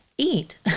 eat